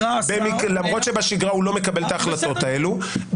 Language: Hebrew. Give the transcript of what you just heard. למרות שבשגרה הוא לא מקבל את ההחלטות האלה,